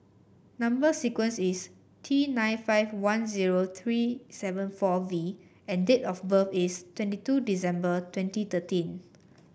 number sequence is T nine five one zero three seven four V and date of birth is twenty two December twenty thirteen